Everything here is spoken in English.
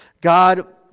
God